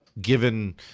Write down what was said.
given